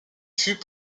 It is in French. fut